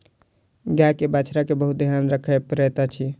गाय के बछड़ा के बहुत ध्यान राखअ पड़ैत अछि